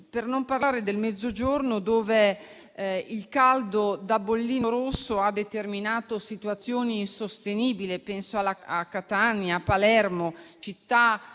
Per non parlare del Mezzogiorno, dove il caldo da bollino rosso ha determinato situazioni insostenibili; penso a Catania e a Palermo, città